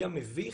היה מביך,